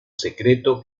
secreto